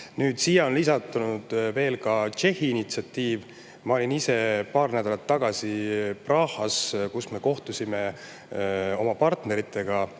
Nüüd on siia lisandunud veel ka Tšehhi initsiatiiv. Ma olin ise paar nädalat tagasi Prahas, kus me kohtusime oma partneritega.